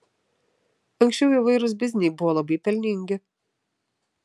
anksčiau įvairūs bizniai buvo labai pelningi